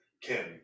Kim